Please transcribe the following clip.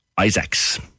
Isaac's